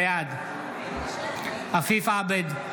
בעד עפיף עבד,